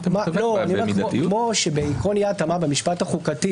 כמו שבעיקרון אי-ההתאמה במשפט החוקתי